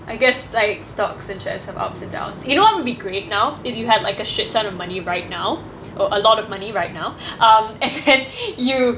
I guess like stocks and shares of ups and downs you know what would be great now if you have like a shit ton of money right now or a lot of money right now um as in you